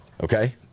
Okay